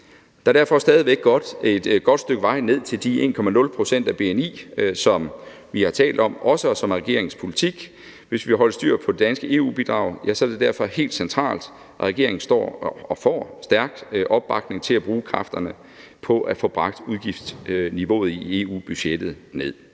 Der er derfor stadig væk et godt stykke vej ned til de 1,0 pct. af bni, som vi har talt om også, og som er regeringens politik, og hvis vi vil holde styr på det danske EU-bidrag, er det derfor helt centralt, at regeringen står fast og får stærk opbakning til at bruge kræfterne på at få bragt udgiftsniveauet i EU-budgettet ned.